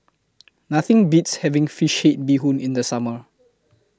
Nothing Beats having Fish Head Bee Hoon in The Summer